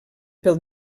pel